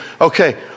Okay